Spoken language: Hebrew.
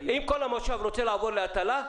אם כל המושב רוצה לעבור להטלה,